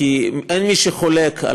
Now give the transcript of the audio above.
אין מי שחולק על